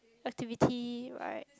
activity right